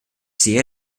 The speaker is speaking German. sehe